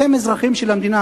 אתם אזרחים של המדינה,